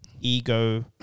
ego